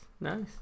Nice